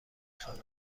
خواند